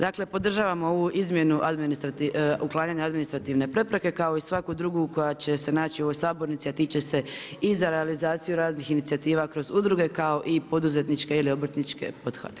Dakle podržavamo ovu izmjenu uklanjanja administrativne prepreke kao i svaku drugu koja će se naći u ovoj sabornici, a tiče se i za realizaciju raznih inicijativa kroz udruge kao poduzetniče ili obrtničke poduhvate.